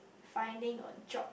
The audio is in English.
finding a job